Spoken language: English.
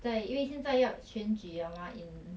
在因为现在要选举 liao mah in